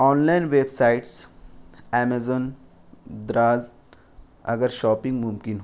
on line websites Amazon Daraz اگر shopping ممکن ہو